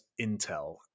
Intel